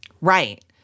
Right